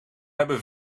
hebben